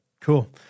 Cool